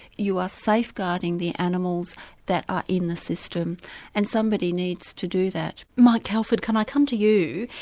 you are safeguarding the animals that are in the system and somebody needs to do that. mike calford, can i come to you.